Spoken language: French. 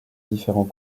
différents